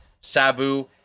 Sabu